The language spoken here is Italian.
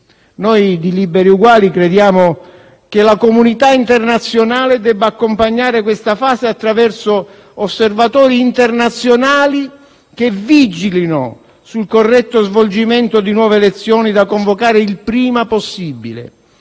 Noi di Liberi e Uguali crediamo che la comunità internazionale debba accompagnare questa fase attraverso osservatori internazionali che vigilino sul corretto svolgimento di nuove elezioni da convocare il prima possibile,